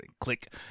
click